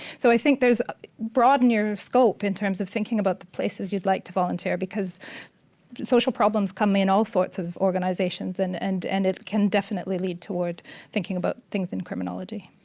so i think broaden broaden your scope in terms of thinking about the places you'd like to volunteer because social problems come in all sorts of organisations and and and it can definitely lead toward thinking about things in criminology.